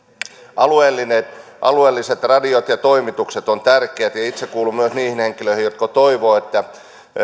alueelliset alueelliset radiot ja toimitukset ovat tärkeät ja itse kuulun myös niihin henkilöihin jotka toivovat että